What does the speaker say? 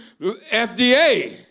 FDA